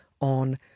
on